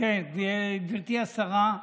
אה, כן, גברתי השרה.